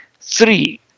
three